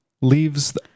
leaves